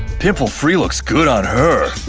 pimple-free looks good on her.